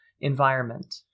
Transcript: environment